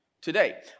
today